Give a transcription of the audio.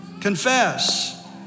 confess